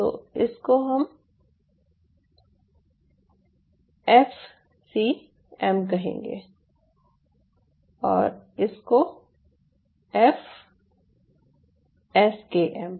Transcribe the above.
तो इसको हम एफ सीएम कहेंगे और इसको एफ एसकेएम